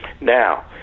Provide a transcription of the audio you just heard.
Now